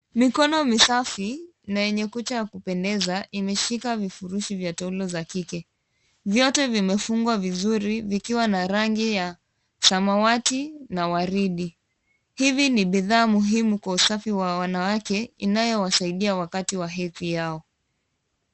Mikono misafi na yenye kucha ya kupendeza imeshika vifurushi vya taulo za kike. Vyote vimefungwa vizuri vikiwa na rangi ya samawati na waridi. Hivi ni bidhaa muhimu kwa usafi wa wanawake inayowasaidia wakati wa hedhi yao.